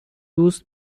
دوست